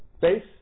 base